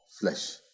flesh